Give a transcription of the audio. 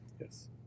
Yes